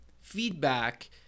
feedback